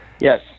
Yes